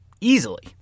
easily